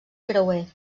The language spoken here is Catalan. creuer